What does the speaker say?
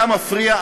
אתה מפריע,